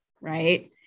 right